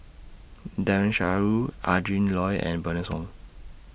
Daren Shiau Adrin Loi and Bernice Wong